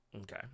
Okay